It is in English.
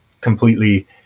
completely